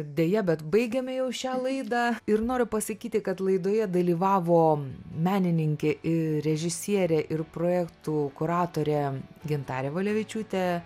deja bet baigiame jau šią laidą ir noriu pasakyti kad laidoje dalyvavo menininkė i režisierė ir projektų kuratorė gintarė valevičiūtė